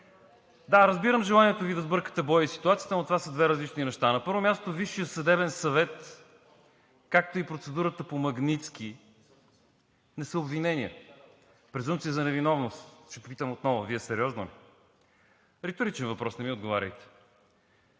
Да, разбирам желанието Ви да сбъркате боя и ситуацията, но това са две различни неща. На първо място, Висшият съдебен съвет, както и процедурата по „Магнитски“, не са обвинения – презумпция за невиновност. Ще попитам отново: Вие сериозно ли? Риторичен въпрос – не ми отговаряйте.